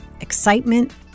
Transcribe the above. Excitement